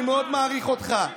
אני מאוד מעריך אותך,